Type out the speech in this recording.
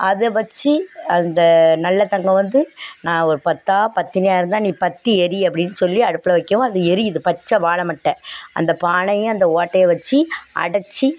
அதை வச்சி அந்த நல்லதங்கம் வந்து நான் ஒரு பத்தா பத்தினியாக இருந்தால் நீ பற்றி எரி அப்படின்னு சொல்லி அடுப்பில் வைக்கவும் அது எரியுது பச்சை வாழைமட்ட அந்த பானையே அந்த ஓட்டையை வச்சி அடைச்சி